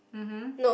mmhmm